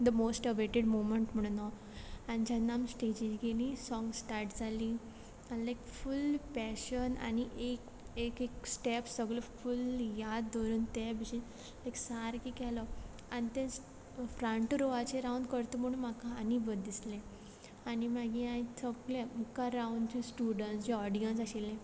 the most awaited movement म्हणून हो आनी जेन्ना आमी स्टेजीर गेलीं साँग स्टार्ट जाली आनी लायक फुल्ल पॅशन आनी एक एक स्टेप सगलो फूल याद धरून ते बशेन लायक सारको केलो आनी ते फ्रंट रोवाचेर रावोन करता म्हणून म्हाका आनी बरें दिसलें आनी मागीर हांयें सोंपले मुखार रावून स्टुडंट जे ओडियन्स आशिल्लें